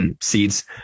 seeds